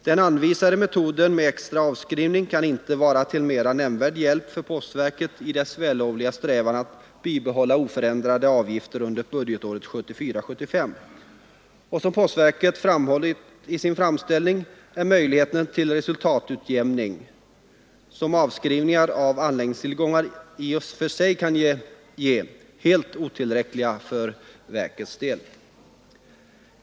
Den anvisade metoden med extra avskrivning kan inte vara till mera nämnvärd hjälp för postverket i dess vällovliga strävan att bibehålla oförändrade postavgifter under budgetåret 1974/75. Som postverket framhållit i sin framställning är den möjlighet till resultatutjämning som avskrivningar av anläggningstillgångar i och för sig kan ge helt otillräckliga för postverkets del.